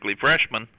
freshmen